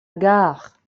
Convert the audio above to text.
gar